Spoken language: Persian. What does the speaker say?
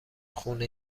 خونه